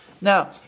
now